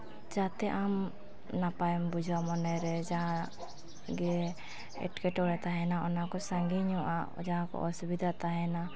ᱡᱟᱛᱮ ᱟᱢ ᱱᱟᱯᱟᱭᱮᱢ ᱵᱩᱡᱟ ᱢᱚᱱᱮ ᱨᱮ ᱡᱟᱦᱟᱸ ᱜᱮ ᱮᱴᱠᱮᱴᱚᱬᱮ ᱛᱟᱦᱮᱱᱟ ᱠᱚ ᱥᱟᱺᱜᱤᱧ ᱧᱚᱜᱼᱟ ᱡᱟᱦᱟᱸ ᱠᱚ ᱚᱥᱩᱵᱤᱫᱟ ᱛᱟᱦᱮᱱᱟ